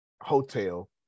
Hotel